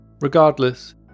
Regardless